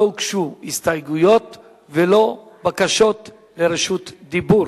לא הוגשו הסתייגויות ולא בקשות לרשות דיבור.